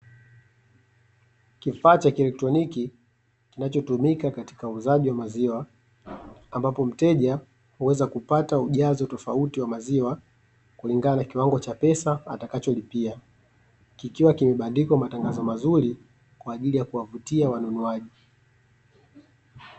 Kifaa cha kielektroniki kinachotumika katika uuzaji wa maziwa, ambapo mteja huweza kupata ujazo tofauti wa maziwa kulingana na kiwango cha pesa atakacholipia, kikiwa kimebandikwa matangazo mazuri kwaajili ya kuwavutia wanunuaji.